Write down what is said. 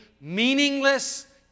meaningless